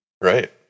Right